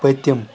پٔتِم